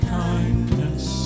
kindness